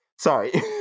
Sorry